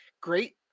great